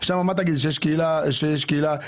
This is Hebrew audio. עכשיו תגידי שיש קהילה תומכת.